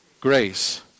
grace